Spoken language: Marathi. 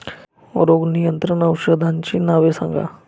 रोग नियंत्रण औषधांची नावे सांगा?